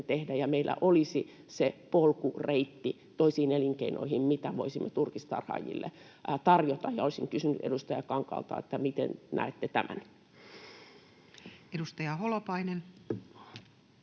meillä olisi se polku ja reitti toisiin elinkeinoihin, mitä voisimme turkistarhaajille tarjota, ja olisin kysynyt edustaja Kankaalta: miten näette tämän? [Speech